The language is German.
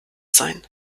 sein